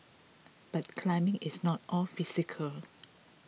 but climbing is not all physical